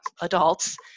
adults